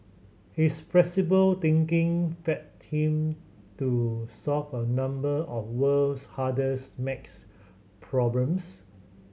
his flexible thinking fed him to solve a number of world's hardest maths problems